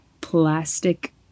plastic